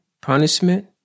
punishment